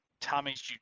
Tommy's